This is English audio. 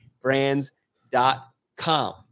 brands.com